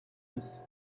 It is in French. dix